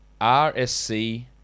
RSC